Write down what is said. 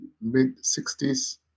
mid-60s